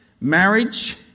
Marriage